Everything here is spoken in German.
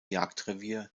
jagdrevier